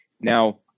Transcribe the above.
now